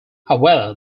however